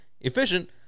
efficient